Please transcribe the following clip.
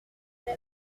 mais